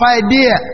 idea